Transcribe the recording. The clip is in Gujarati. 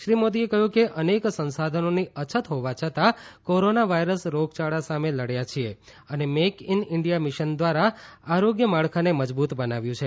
શ્રી મોદીએ કહ્યું કે અનેક સંસાધનોની અછત હોવા છતાં કોરોના વાયરસ રોગચાળા સામે લડ્યા છીએ અને મેક ઈન ઈન્ડિયા મિશન દ્વારા આરોગ્ય માળખાને મજબુત બનાવ્યું છે